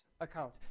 account